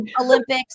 Olympics